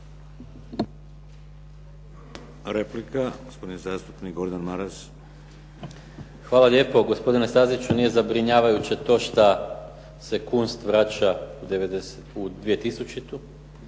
Hvala lijepo. Gospodine Staziću, nije zabrinjavajuće to što se Kunst vraća u 2000.,